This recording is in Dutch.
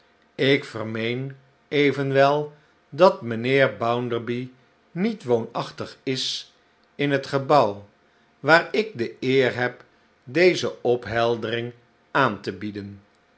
ik vermeen evenwel dat mijnheer bounderby niet woonachtig is in het geboaw waar ik de eer heb deze opheldering aan te bieden